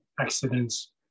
accidents